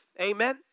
Amen